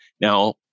Now